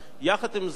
יחד עם זה,